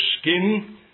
skin